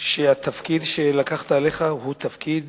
שהתפקיד שלקחת עליך הוא תפקיד